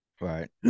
Right